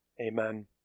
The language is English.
Amen